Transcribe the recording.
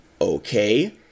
Okay